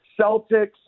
Celtics